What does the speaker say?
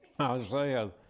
Isaiah